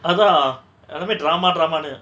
அதா எல்லாமே:atha ellame drama drama ன்னு:nu